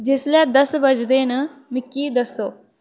जिसलै दस्स बजदे न मिकी दस्सो